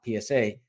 PSA